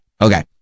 Okay